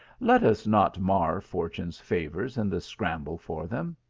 let us not mar fortune s favours in the scramble for them.